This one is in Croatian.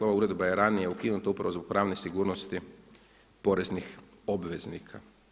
Ova uredba je ranije ukinuta upravo zbog pravne sigurnosti poreznih obveznika.